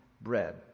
bread